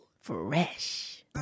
Fresh